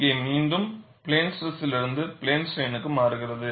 இங்கே மீண்டும் பிளேன் ஸ்ட்ரெஸிலிருந்து பிளேன் ஸ்ட்ரைனுக்கு மாறுகிறது